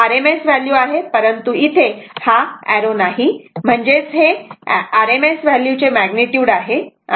V की RMS value आहे परंतु इथे आरो नाही म्हणजेच हे RMS व्हॅल्यूचे मॅग्निट्युड आहे